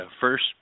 first